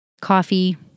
coffee